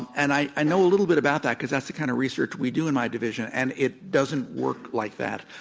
and i i know a little bit about that because that's the kind of research we do in my division. and it doesn't work like that.